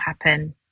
happen